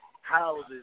houses